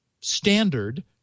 standard